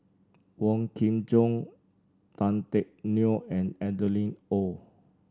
Wong Kin Jong Tan Teck Neo and Adeline Ooi